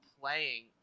playing